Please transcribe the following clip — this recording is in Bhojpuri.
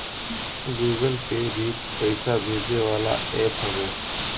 गूगल पे भी पईसा भेजे वाला एप्प हवे